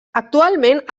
actualment